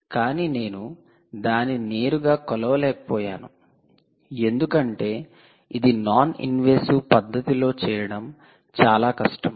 కాని నేను దానిని నేరుగా కొలవలేకపోయాను ఎందుకంటే ఇది నాన్ ఇన్వాసివ్ పద్ధతిలో చేయడం చాలా కష్టం